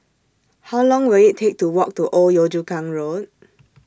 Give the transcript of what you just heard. How Long Will IT Take to Walk to Old Yio Chu Kang Road